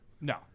No